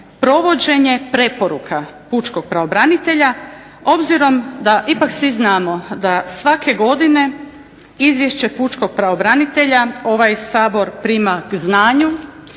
Provođenje preporuka pučkog pravobranitelja obzirom da ipak svi znamo da svake godine Izvješće pučkog pravobranitelja ovaj Sabor prima k znanju,